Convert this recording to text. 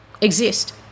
exist